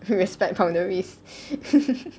respect boundaries